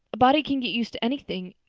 a body can get used to anything,